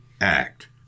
act